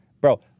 Bro